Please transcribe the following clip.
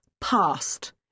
past